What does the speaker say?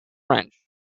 french